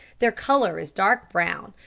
their colour is dark brown,